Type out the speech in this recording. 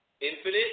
Infinite